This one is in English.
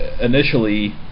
initially